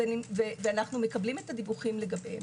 ואנו מקבלים את הדיווחים עליהם.